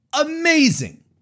Amazing